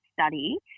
study